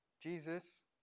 Jesus